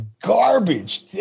garbage